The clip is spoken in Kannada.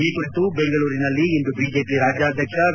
ಈ ಕುರಿತು ಬೆಂಗಳೂರಿನಲ್ಲಿ ಇಂದು ಬಿಜೆಪಿ ರಾಜ್ಯಾಧ್ಯಕ್ಷ ಬಿ